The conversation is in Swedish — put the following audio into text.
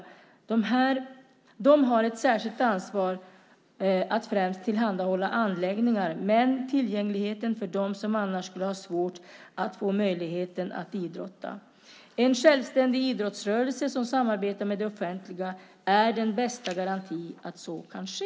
Kommunerna har ett särskilt ansvar att främst tillhandahålla anläggningar med tillgänglighet för dem som annars skulle ha svårt att få möjlighet att idrotta. En självständig idrottsrörelse som samarbetar med det offentliga är den bästa garantin för att så kan ske.